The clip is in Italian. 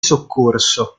soccorso